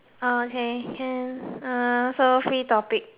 uh okay can uh so free topic